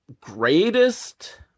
greatest